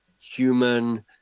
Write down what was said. human